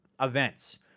events